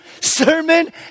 sermon